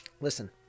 listen